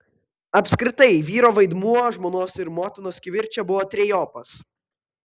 apskritai vyro vaidmuo žmonos ir motinos kivirče buvo trejopas